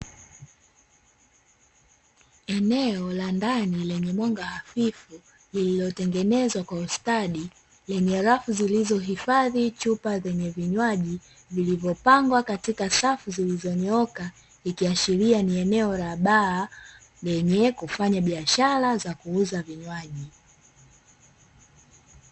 Eneo la ndani lenye mwanga hafifu, lililotengenezwa kwa ustadi, lenye rafu zilizohifadhi chupa zenye vinywaji vilivyopangwa katika safu zilizonyooka, ikiashiria ni eneo la baa lenye kufanya biashara za kuuza vinywaji.